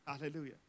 Hallelujah